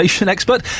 expert